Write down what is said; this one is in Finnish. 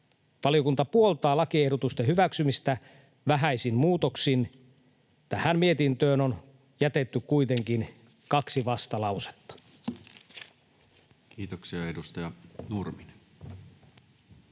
Valiokunta puoltaa lakiehdotusten hyväksymistä vähäisin muutoksin. Tähän mietintöön on jätetty kuitenkin kaksi vastalausetta. [Speech 327] Speaker: Toinen